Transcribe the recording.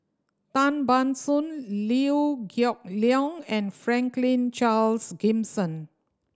Tan Ban Soon Liew Geok Leong and Franklin Charles Gimson